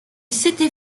s’était